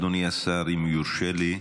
אדוני השר, אם יורשה לי,